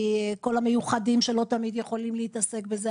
כל המיוחדים שלא תמיד יכולים להתעסק בזה,